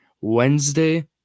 Wednesday